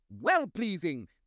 well-pleasing